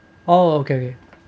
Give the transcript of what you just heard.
oh okay okay